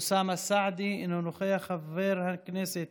אוסאמה סעדי, אינו נוכח, חבר הכנסת